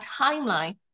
timeline